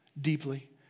deeply